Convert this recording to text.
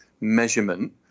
measurement